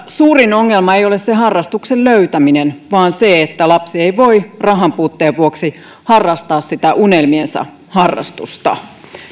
suurin ongelma ei ole se harrastuksen löytäminen vaan se että lapsi ei voi rahanpuutteen vuoksi harrastaa sitä unelmiensa harrastusta